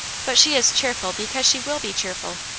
but she is cheerful because she will be cheerful.